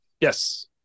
Yes